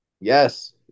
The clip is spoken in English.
yes